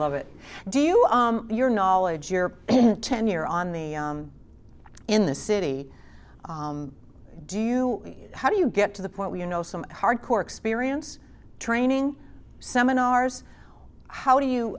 love it do you your knowledge your tenure on the in the city do you how do you get to the point where you know some hard core experience training seminars how do you